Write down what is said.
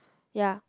ya